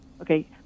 Okay